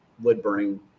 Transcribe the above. wood-burning